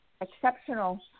exceptional